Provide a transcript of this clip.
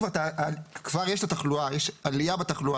כבר יש את התחלואה ויש עלייה בתחלואה,